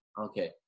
Okay